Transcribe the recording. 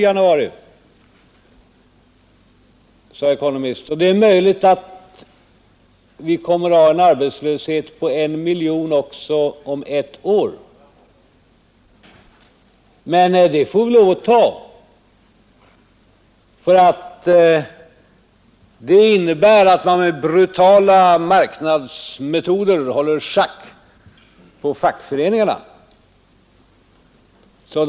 Och det är möjligt, hette det i fortsättningen, att vi kommer att ha en arbetslöshet på 1 miljon också om ett år, men det får vi lov att ta, ty det innebär att man med brutala marknadsmetoder håller fackföreningarna i schack.